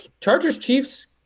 Chargers-Chiefs